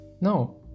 No